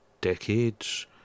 decades